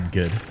good